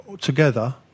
together